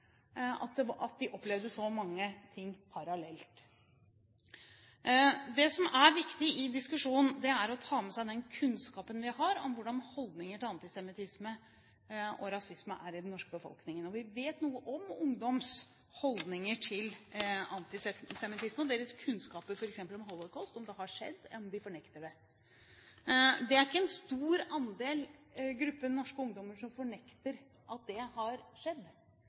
at de opplevde så mange ting parallelt. Det som er viktig i diskusjonen, er å ta med seg den kunnskapen vi har om hvordan holdningene til antisemittisme og rasisme er i den norske befolkningen. Vi vet noe om ungdoms holdninger til antisemittisme og deres kunnskaper om f.eks. holocaust – om det har skjedd, eller om de fornekter det. Det er ingen stor andel norske ungdommer som fornekter at det har skjedd.